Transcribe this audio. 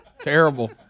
Terrible